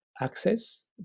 access